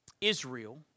Israel